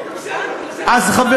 אז,